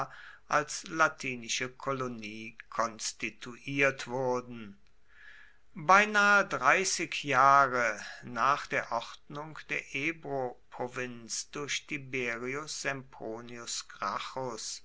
als latinische kolonie konstituiert wurden beinahe dreißig jahre nach der ordnung der ebroprovinz durch tiberius